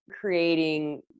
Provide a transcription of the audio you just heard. creating